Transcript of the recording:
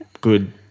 good